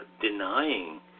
denying